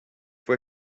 fue